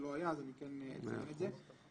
לא צריכים לזהות את הלקוח.